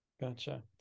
gotcha